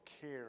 care